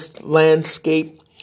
landscape